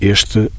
Este